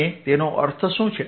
અને તેનો અર્થ શું છે